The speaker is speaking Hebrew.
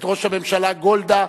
את ראש הממשלה גולדה,